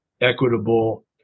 equitable